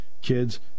kids